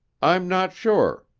i'm not sure,